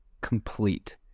complete